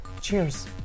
cheers